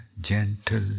gentle